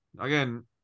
again